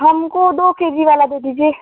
हमको दो K G वाला दे दीजिए